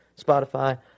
Spotify